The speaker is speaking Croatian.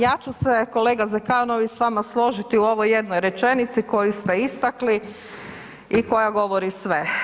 Ja ću se, kolega Zekanović s vama složiti u ovoj jednoj rečenici koju ste istakli i koja govori sve.